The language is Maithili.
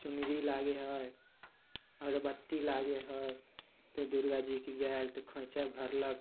चुनरी लागै हइ अगरबत्ती लागै हइ तब दुरगाजीके गेल तऽ खोँइछा भरलक